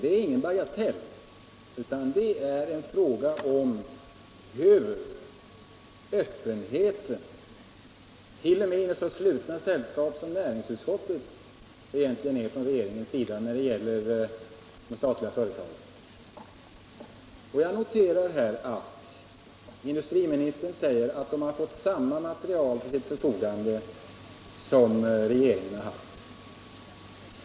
Det är ingen bagatell, utan det är en fråga om hur öppenheten — t.o.m. inom så slutna sällskap som näringsutskottet — egentligen är från regeringens sida när det gäller de statliga företagen. Jag noterar att industriministern säger att utskottet har fått samma material till sitt förfogande som regeringen har haft.